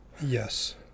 Yes